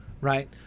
right